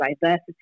diversity